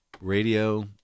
radio